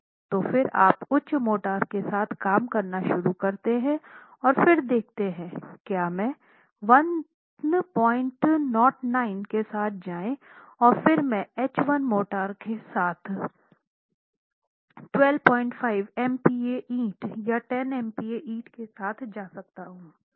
तो फिर आप उच्च मोर्टार के साथ काम करना शुरू करते हैं और फिर देखते हैं क्या मैं 109 के साथ जाएं और फिर मैं H1 मोर्टार के साथ 125 MPa ईंट या 10 MPa ईंट के साथ जा सकता हूं